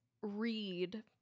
read